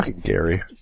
Gary